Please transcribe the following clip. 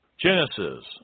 Genesis